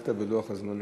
דייקת בלוח הזמנים.